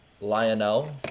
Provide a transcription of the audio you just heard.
Lionel